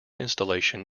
installation